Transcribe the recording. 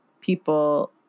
people